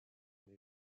les